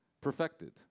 perfected